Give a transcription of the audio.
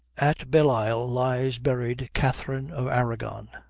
at bellisle lies buried catharine of arragon,